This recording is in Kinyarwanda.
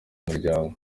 umuryango